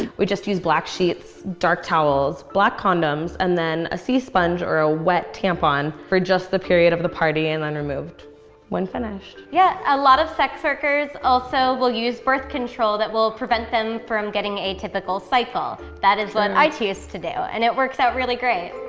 we just use black sheets, dark towels, black condoms, and then a c sponge or a wet tampon for just the period of the party and then removed when finished. yeah, a lot of sex workers also will use birth control that will prevent them from getting a typical cycle. that is what i choose to do, and it works out really great.